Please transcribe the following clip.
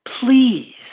Please